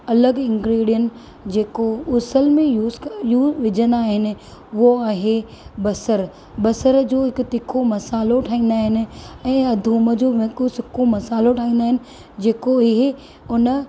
अलॻि इंग्रेडिएंट जेको उसल में यूज़ विझंदा आहिनि उहे आहे बसरु बसरु जो हिक तिखो मसालों ठाहींदा आहिनि ऐ थूम जो नको सुको मसालों ठाहींदा आहिनि जेको ऐं उन